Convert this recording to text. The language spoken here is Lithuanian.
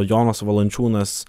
jonas valančiūnas